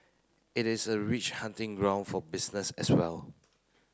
it is a rich hunting ground for business as well